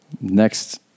next